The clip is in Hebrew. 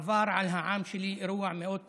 עבר על העם שלי אירוע מאוד טראומטי,